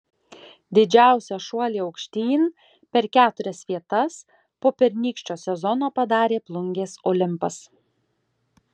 didžiausią šuolį aukštyn per keturias vietas po pernykščio sezono padarė plungės olimpas